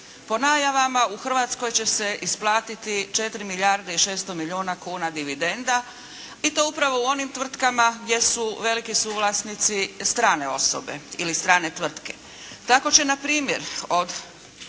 Po najavama u Hrvatskoj će se isplatiti 4 milijarde i 600 milijuna kuna dividenda i to upravo u onim tvrtkama gdje su veliki suvlasnici strane osobe, ili strane tvrtke.